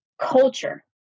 culture